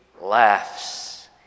laughs